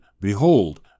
Behold